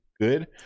good